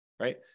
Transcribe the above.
right